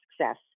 success